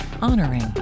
Honoring